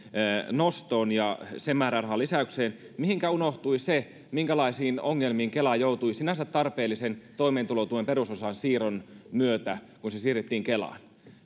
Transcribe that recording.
nostoon ja sen määrärahan lisäykseen mihinkä unohtui se minkälaisiin ongelmiin kela joutui sinänsä tarpeellisen toimeentulotuen perusosan siirron myötä kun se siirrettiin kelaan